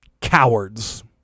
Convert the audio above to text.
Cowards